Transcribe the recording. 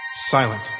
Silent